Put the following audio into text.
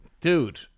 Dude